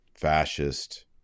fascist